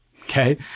Okay